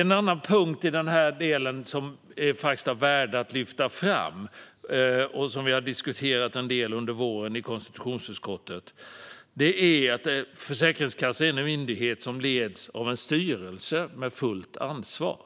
En annan punkt i denna del som är av värde att lyfta fram och som vi i konstitutionsutskottet under våren har diskuterat en del gäller att Försäkringskassan är en myndighet som leds av en styrelse med fullt ansvar.